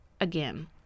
again